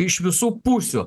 iš visų pusių